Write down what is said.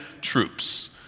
troops